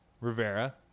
Rivera